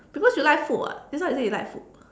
because you like food [what] just now you say you like food